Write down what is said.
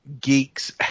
geeks